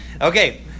Okay